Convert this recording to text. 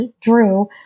Drew